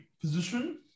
position